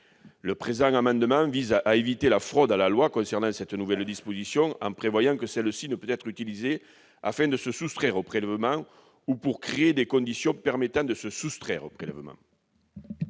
Le présent amendement vise à éviter la fraude à la loi concernant cette nouvelle disposition, en prévoyant que celle-ci ne peut être utilisée afin de se soustraire au prélèvement ou pour créer des conditions permettant de se soustraire au prélèvement.